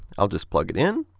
i'll just plug it in.